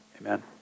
amen